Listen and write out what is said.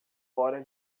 fora